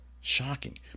Shocking